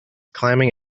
climbing